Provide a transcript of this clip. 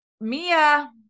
Mia